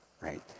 right